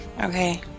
Okay